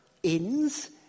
inns